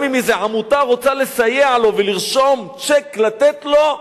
גם אם איזו עמותה רוצה לסייע לו ולרשום צ'ק לתת לו,